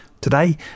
Today